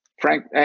Frank